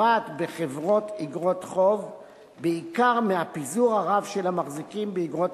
בחברות איגרות חוב בעיקר מהפיזור הרב של המחזיקים באיגרות